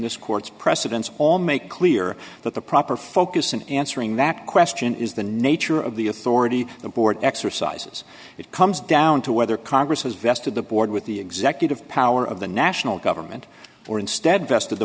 this court's precedents all make clear that the proper focus in answering that question is the nature of the authority the board exercises it comes down to whether congress has vested the board with the executive power of the national government or instead best of the